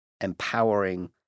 empowering